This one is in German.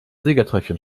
siegertreppchen